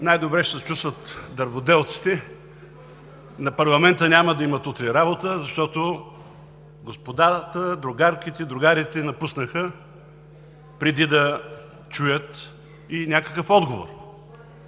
Най-добре ще се чувстват дърводелците на парламента – утре няма да имат работа, защото господата, другарките, другарите напуснаха, преди да чуят някакъв отговор.